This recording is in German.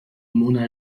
mona